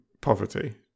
poverty